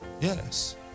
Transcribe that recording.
Yes